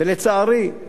לצערי,